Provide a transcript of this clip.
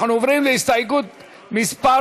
אנחנו עוברים להסתייגות מס'